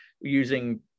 using